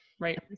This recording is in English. Right